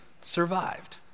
survived